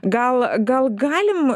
gal gal galim